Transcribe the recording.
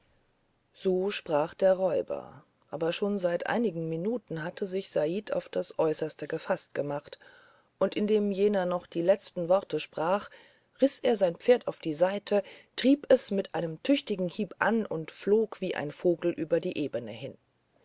so sprach der räuber aber schon seit einigen minuten hatte sich said auf das äußerste gefaßt gemacht und indem jener noch die letzten worte sprach riß er sein pferd auf die seite trieb es mit einem tüchtigen hieb an und flog wie ein vogel über die ebene hin